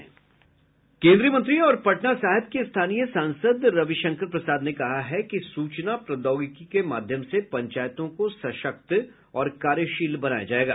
केन्द्रीय मंत्री और पटना साहिब के स्थानीय सांसद रविशंकर प्रसाद ने कहा है कि सूचना प्रोद्यौगिकी के माध्यम से पंचायतों को सशक्त और कार्यशील बनाया जायेगा